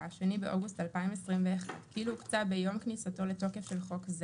התשפ"א 2/8/2021 אילו הוקצה ביום כניסתו לתוקף של חוק זה.